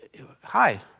hi